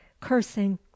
cursing